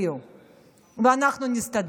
אל תפריעו ואנחנו נסתדר.